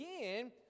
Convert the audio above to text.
again